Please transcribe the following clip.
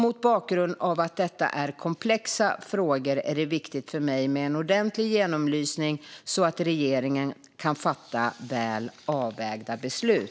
Mot bakgrund av att detta är komplexa frågor är det viktigt för mig med en ordentlig genomlysning så att regeringen kan fatta väl avvägda beslut.